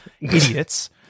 idiots